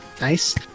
nice